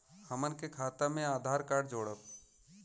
हमन के खाता मे आधार कार्ड जोड़ब?